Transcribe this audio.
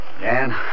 Dan